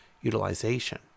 utilization